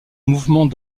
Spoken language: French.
mouvement